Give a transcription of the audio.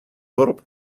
dorp